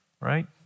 right